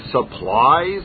supplies